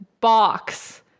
box